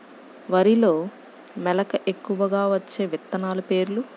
వరిలో మెలక ఎక్కువగా వచ్చే విత్తనాలు పేర్లు?